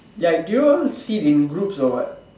like do you all sit in groups or what